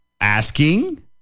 asking